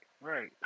right